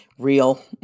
real